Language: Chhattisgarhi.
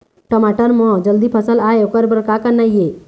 टमाटर म जल्दी फल आय ओकर बर का करना ये?